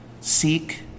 seek